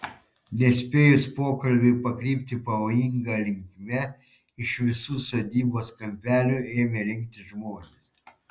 nespėjus pokalbiui pakrypti pavojinga linkme iš visų sodybos kampelių ėmė rinktis žmonės